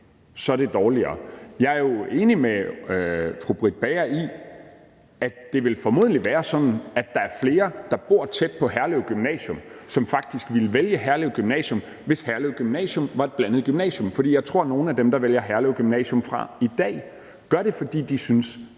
er det dårligere. Jeg er jo enig med fru Britt Bager i, at det formodentlig vil være sådan, at der er flere, der bor tæt på Herlev Gymnasium, som faktisk ville vælge Herlev Gymnasium, hvis Herlev Gymnasium var et blandet gymnasium, for jeg tror, at nogle af dem, der i dag vælger Herlev Gymnasium fra, gør det, fordi de synes,